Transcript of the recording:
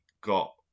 got